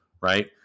right